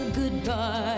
goodbye